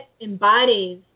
embodies